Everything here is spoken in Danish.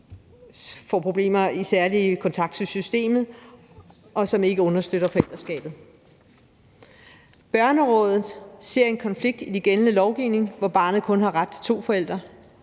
får problemer særlig i kontakten til systemet, som ikke understøtter forældreskabet. Børnerådet ser en konflikt i den gældende lovgivning, hvor barnet kun har ret til to forældre.